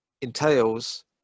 entails